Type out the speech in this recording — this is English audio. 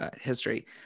history